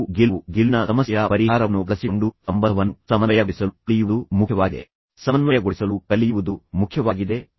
ನೀವು ಗೆಲುವು ಗೆಲುವಿನ ಸಮಸ್ಯೆಯ ಪರಿಹಾರವನ್ನು ಬಳಸಿಕೊಂಡು ಸಂಬಂಧವನ್ನು ಸಮನ್ವಯಗೊಳಿಸಲು ಕಲಿಯುವುದು ಮುಖ್ಯವಾಗಿದೆ